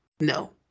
no